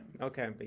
Okay